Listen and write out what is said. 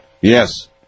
Yes